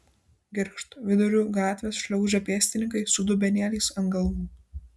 girgžt viduriu gatvės šliaužia pėstininkai su dubenėliais ant galvų